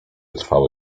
trwało